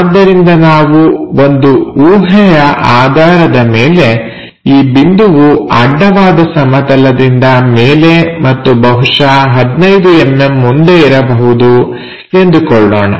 ಆದ್ದರಿಂದ ನಾವು ಒಂದು ಊಹೆಯ ಆಧಾರದ ಮೇಲೆ ಈ ಬಿಂದುವು ಅಡ್ಡವಾದ ಸಮತಲ ದಿಂದ ಮೇಲೆ ಮತ್ತು ಬಹುಶಃ 15mm ಮುಂದೆ ಇರಬಹುದು ಎಂದುಕೊಳ್ಳೋಣ